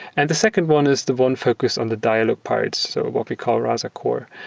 and the second one is the one focused on the dialogue part. so what we call rasa core,